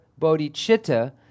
bodhicitta